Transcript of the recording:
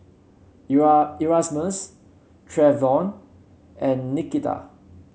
Erasmus Treyvon and Nikita